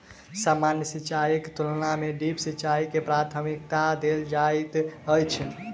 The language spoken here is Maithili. सामान्य सिंचाईक तुलना मे ड्रिप सिंचाई के प्राथमिकता देल जाइत अछि